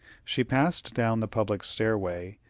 she passed down the public stairway,